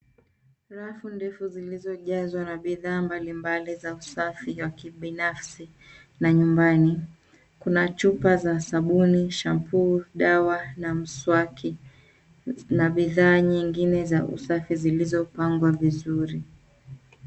Rafu ndefu zilizojazwa bidhaa mbalimbali za usafi wa kibinafsi na nyumbani. Kuna chupa za sabuni, shampoo ,dawa na mswaki na bidhaa nyingine za usafi zilizopangwa vizuri.